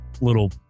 little